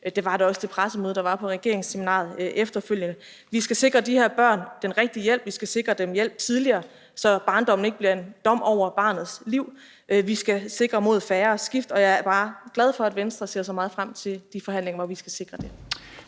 dels ved det pressemøde, der var på regeringsseminaret efterfølgende. Vi skal sikre de her børn den rigtige hjælp. Vi skal sikre dem hjælp tidligere, så barndommen ikke bliver en dom over barnets liv. Vi skal sikre dem mod færre skift. Og jeg er bare glad for, at Venstre ser så meget frem til de forhandlinger, hvor vi skal sikre det.